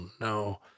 no